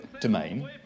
domain